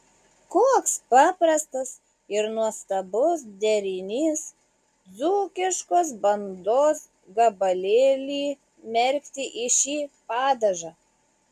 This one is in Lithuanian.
koks paprastas ir nuostabus derinys dzūkiškos bandos gabalėlį merkti į šį padažą